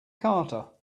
carter